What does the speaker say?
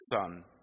son